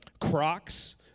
Crocs